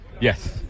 yes